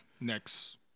next